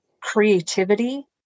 creativity